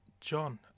John